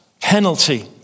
penalty